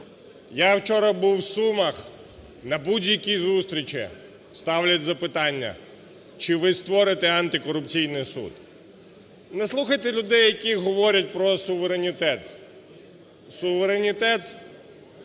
Я вчора був у Сумах. На будь-якій зустрічі ставлять запитання: чи ви створите антикорупційний суд? Не слухайте людей, які говорять про суверенітет. Суверенітет